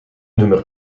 nummer